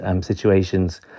situations